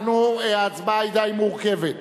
ההצבעה היא די מורכבת.